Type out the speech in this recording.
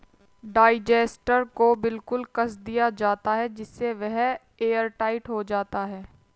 digester को बिल्कुल कस दिया जाता है जिससे वह एयरटाइट हो जाता है